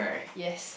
yes